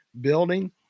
building